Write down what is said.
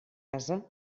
ase